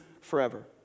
forever